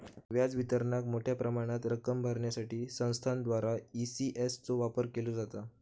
व्याज वितरणाक मोठ्या प्रमाणात रक्कम भरण्यासाठी संस्थांद्वारा ई.सी.एस चो वापर केलो जाता